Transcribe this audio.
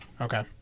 Okay